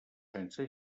sense